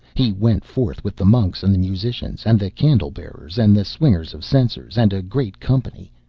he went forth with the monks and the musicians, and the candle-bearers and the swingers of censers, and a great company,